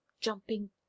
jumping